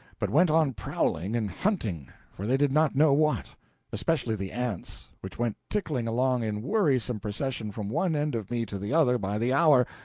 but went on prowling and hunting for they did not know what especially the ants, which went tickling along in wearisome procession from one end of me to the other by the hour,